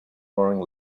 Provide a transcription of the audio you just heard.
roaring